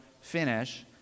finish